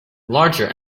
larger